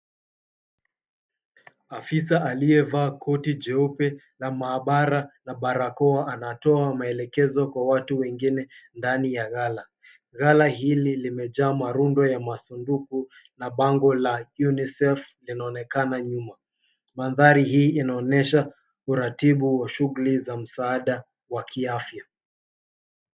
Afisa aliyevaa koti jeupe la maabara na barakoa anatoa maelekezo kwa watu wengine ndani ya ngala. Ngala hili limejaa marundo la masanduku na bango la Unicef inaonekana nyuma. Mandhari hii unaonyesha uratibu wa shugli za msaada wa kiafya.